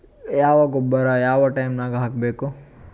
ಯಾವ ಗೊಬ್ಬರ ಯಾವ ಟೈಮ್ ನಾಗ ಹಾಕಬೇಕು?